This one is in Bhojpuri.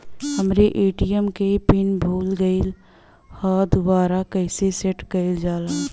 हमरे ए.टी.एम क पिन भूला गईलह दुबारा कईसे सेट कइलजाला?